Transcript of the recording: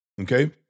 okay